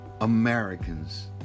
Americans